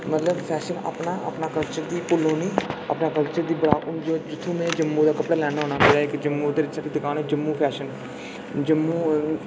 मतलब फैशन अपना अपने कल्चर गी भुल्लो निं हून जित्थूं में जम्मू दा कपड़े लैन्ना होन्ना उद्धर जम्मू इक दकान ऐ जम्मू फैशन जम्मू